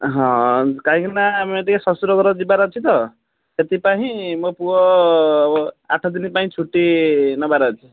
ହଁ କାହିଁକିନା ଆମେ ଟିକିଏ ଶଶୁର ଘର ଯିବାର ଅଛି ତ ସେଥିପାଇଁ ମୋ ପୁଅ ଆଠ ଦିନ ପାଇଁ ଛୁଟି ନେବାର ଅଛି